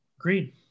agreed